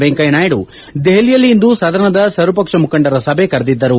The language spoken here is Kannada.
ವೆಂಕಯ್ಲನಾಯ್ತು ದೆಹಲಿಯಲ್ಲಿ ಇಂದು ಸದನದ ಸರ್ವಪಕ್ಷ ಮುಖಂಡರ ಸಭೆ ಕರೆದಿದ್ದರು